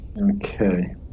Okay